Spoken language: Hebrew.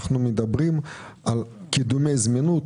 אנחנו מדברים על קידומי זמינות,